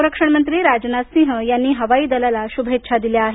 संरक्षण मंत्री राजनाथ सिंह यांनी हवाई दलाला शुभेच्छा दिल्या आहेत